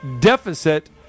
deficit